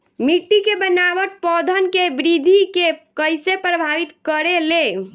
मिट्टी के बनावट पौधन के वृद्धि के कइसे प्रभावित करे ले?